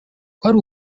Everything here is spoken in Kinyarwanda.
kwari